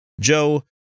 Joe